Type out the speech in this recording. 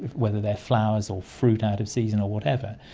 whether they're flowers or fruit out of season or whatever.